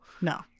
No